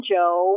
Joe